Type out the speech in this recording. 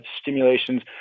stimulations